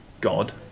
god